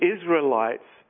Israelites